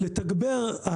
לתגבר,